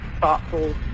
thoughtful